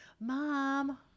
Mom